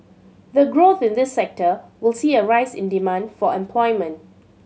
the growth in this sector will see a rise in demand for employment